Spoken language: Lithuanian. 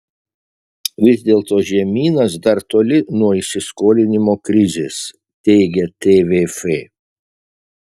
vis dėlto žemynas dar toli nuo įsiskolinimo krizės teigia tvf